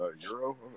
Euro